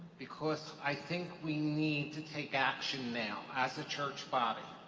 because i think we need to take action now, as a church body.